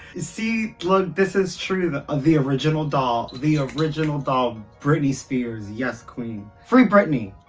see look this is true the and the original doll the original doll britney spears yes queen! free britney!